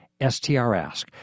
STRASK